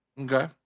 okay